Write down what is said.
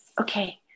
Okay